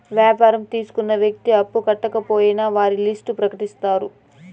వ్యాపారం తీసుకున్న వ్యక్తి అప్పు కట్టకపోయినా వారి లిస్ట్ ప్రకటిత్తారు